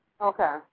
Okay